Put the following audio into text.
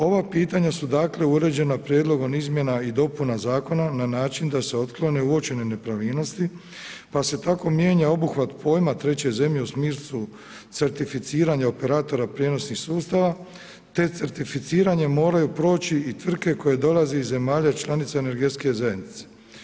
Ova pitanja su uređena prijedlogom izmjena i dopuna zakona na način da se otklone uočene nepravilnosti pa se tako mijenja obuhvat pojma 3. zemlje u smislu certificiranja operatora prijenosnih sustava te certificiranje moraju proći i tvrtke koje dolaze iz zemalja članica Energetske zajednice.